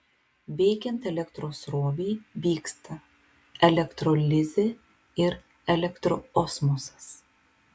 veikiant elektros srovei vyksta elektrolizė ir elektroosmosas